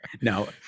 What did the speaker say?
No